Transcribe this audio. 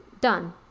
done